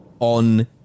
on